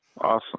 Awesome